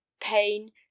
pain